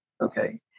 okay